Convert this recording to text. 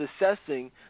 assessing